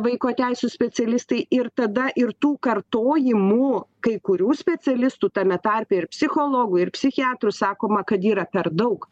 vaiko teisių specialistai ir tada ir tų kartojimų kai kurių specialistų tame tarpe ir psichologų ir psichiatrų sakoma kad yra per daug